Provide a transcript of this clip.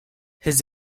his